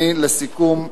לסיכום,